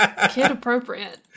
kid-appropriate